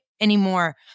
anymore